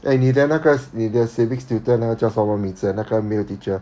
eh 你的那个你的 civics tutor 那个叫什么名字那个 male teacher